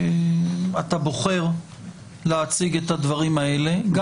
אתה בוחר להציג את הדברים האלה.